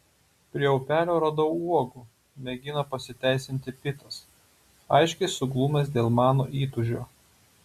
prie upelio radau uogų mėgina pasiteisinti pitas aiškiai suglumęs dėl mano įtūžio